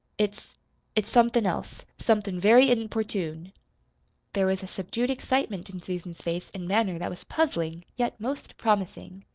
it's it's somethin' else. somethin' very importune. there was a subdued excitement in susan's face and manner that was puzzling, yet most promising.